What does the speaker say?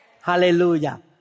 Hallelujah